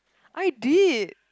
I did